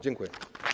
Dziękuję.